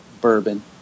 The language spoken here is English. bourbon